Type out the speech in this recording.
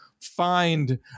find